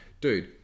Dude